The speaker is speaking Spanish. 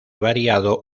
variado